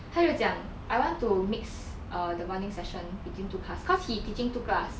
他就讲 I want to mix err the bonding session between two class cause he teaching two class